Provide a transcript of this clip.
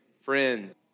Friends